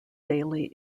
daily